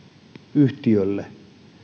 yhtiölle